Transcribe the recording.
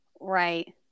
Right